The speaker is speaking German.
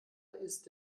ist